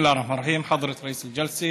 בסם אללה א-רחמאן א-רחים.